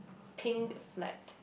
pink flat